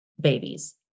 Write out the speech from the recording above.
babies